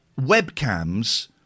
webcams